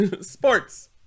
sports